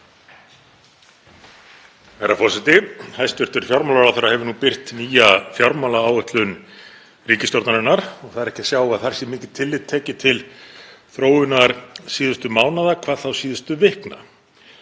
Herra forseti. Hæstv. fjármálaráðherra hefur nú birt nýja fjármálaáætlun ríkisstjórnarinnar og það er ekki að sjá að þar sé mikið tillit tekið til þróunar síðustu mánaða, hvað þá síðustu vikna.